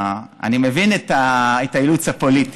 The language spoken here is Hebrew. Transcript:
אני מבין את האילוץ הפוליטי,